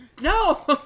No